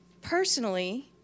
personally